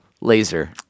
Laser